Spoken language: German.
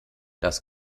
das